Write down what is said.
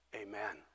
amen